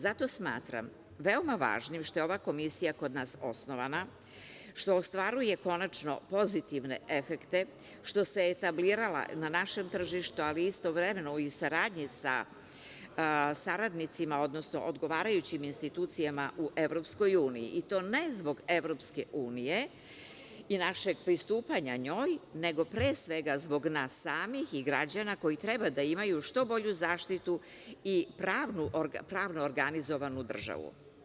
Zato smatram veoma važnim što je ova Komisija kod nas osnovana, što ostvaruje konačno pozitivne efekte, što se etablirala na našem tržištu, ali istovremeno i u saradnji sa saradnicima, odnosno odgovarajućim institucijama u EU i to ne zbog EU i našeg pristupanja njoj, nego pre svega zbog nas samih i građana koji treba da imaju što bolju zaštitu i pravno organizovanu državu.